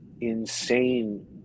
insane